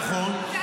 נכון,